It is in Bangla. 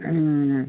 হুম